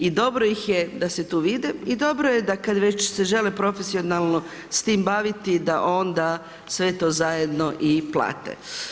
I dobro ih je da se tu vide i dobro je da kada već se žele profesionalno sa time baviti da onda sve to zajedno i plate.